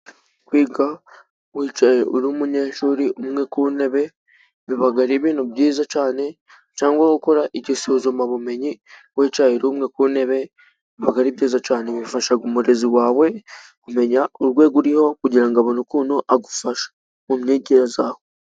Kwiga wicaye uri umunyeshuri umwe ku ntebe biba ari ibintu byiza cyane cyangwa gukora iryo suzumabumenyi wicaye uri umwe ku ntebe, biba ari byiza cyane, bifasha umurezi wawe kumenya urwego uriho kugirango abone ukuntu agufasha mu ntege nkeya zawe.